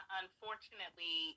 unfortunately